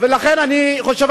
לכן אני חושב,